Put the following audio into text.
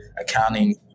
accounting